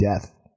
death